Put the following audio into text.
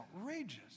outrageous